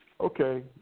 Okay